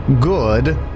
Good